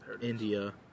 India